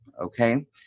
Okay